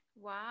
Wow